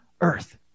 earth